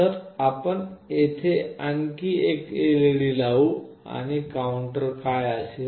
तर आपण येथे आणखी एक LED लावू शकता आणि काउंटर काय असेल